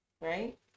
right